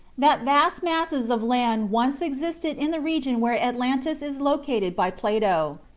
that vast masses of land once existed in the region where atlantis is located by plato,